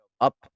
up